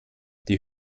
die